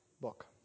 book